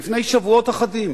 לפני שבועות אחדים,